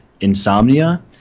insomnia